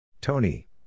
Tony